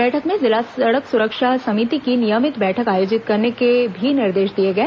बैठक में जिला सड़क सुरक्षा समिति की नियमित बैठक आयोजित करने के भी निर्देश दिए गए